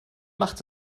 macht